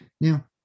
Now